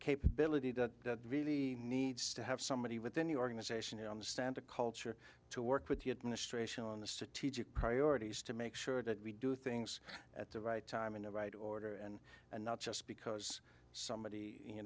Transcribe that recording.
capability that really needs to have somebody within the organization to understand the culture to work with the administration on the strategic priorities to make sure that we do things at the right time in the right order and and not just because somebody you